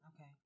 Okay